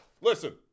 listen